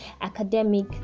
academic